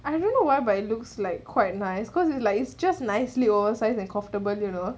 I don't know why but it looks like quite nice cause it's like just nicely oversize size and comfortable you know